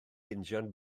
injan